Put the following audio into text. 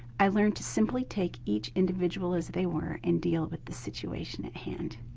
i learned to simply take each individual as they were, and deal with the situation at hand.